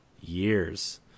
years